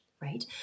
right